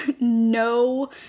no